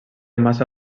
massa